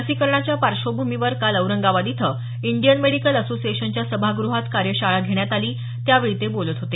लसीकरणाच्या पार्श्वभूमीवर काल औरंगाबाद इथं इंडियन मेडिकल असोसिएशनच्या सभागृहात कार्यशाळा घेण्यात आली त्यावेळी ते बोलत होते